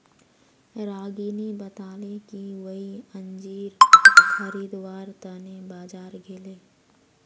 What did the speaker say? रागिनी बताले कि वई अंजीर खरीदवार त न बाजार गेले